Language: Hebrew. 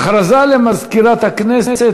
הודעה למזכירת הכנסת,